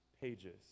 pages